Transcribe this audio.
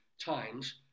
times